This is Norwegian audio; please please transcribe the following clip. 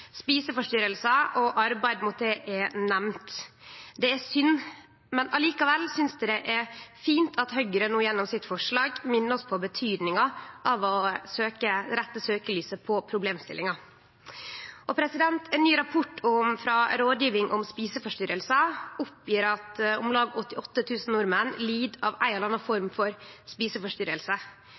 og arbeid mot det er nemnt. Det er synd, men likevel synest eg det er fint at Høgre gjennom sitt forslag no minner oss på betydninga av å rette søkjelyset på problemstillinga. Ein ny rapport fra Rådgivning om spiseforstyrrelser opplyser at om lag 88 000 nordmenn lid av ei eller anna form for